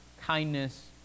kindness